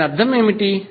దాని అర్థం ఏమిటి